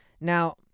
Now